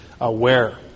aware